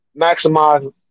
maximize